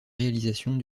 réalisations